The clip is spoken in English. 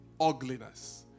ugliness